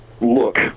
look